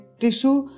tissue